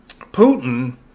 Putin